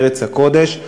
ארץ הקודש,